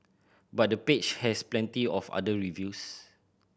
but the page has plenty of other reviews